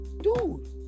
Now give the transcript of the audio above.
dude